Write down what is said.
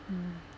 mm